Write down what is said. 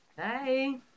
Hey